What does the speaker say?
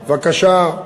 בבקשה.